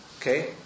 Okay